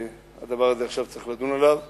והדבר הזה, צריך לדון עליו עכשיו.